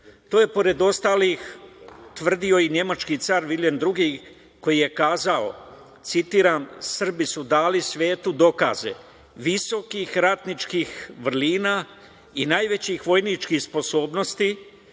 To je, pored ostalih, tvrdio i nemački car Vilijem II, koji je kazao, citiram - Srbi su dali svetu dokaze visokih ratničkih vrlina i najvećih vojničkih sposobnosti,